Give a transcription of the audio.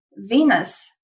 Venus